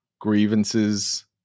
grievances